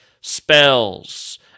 spells